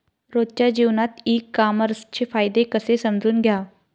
रोजच्या जीवनात ई कामर्सचे फायदे कसे समजून घ्याव?